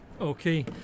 Okay